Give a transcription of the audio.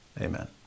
Amen